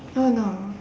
oh no